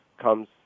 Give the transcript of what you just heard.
comes